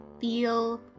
feel